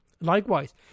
Likewise